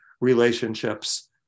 relationships